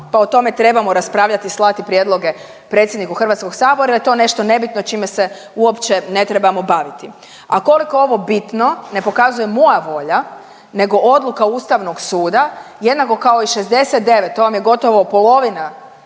pa o tome trebamo raspravljati i slati prijedloge predsjedniku HS-a ili je to nešto nebitno čime se uopće ne trebamo baviti, a koliko je ovo bitno ne pokazuje moja volja nego odluka Ustavnog suda, jednako kao 69, to vam je gotovo polovina